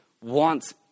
wants